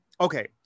Okay